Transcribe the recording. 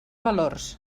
valors